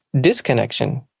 disconnection